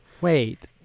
Wait